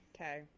Okay